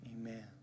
Amen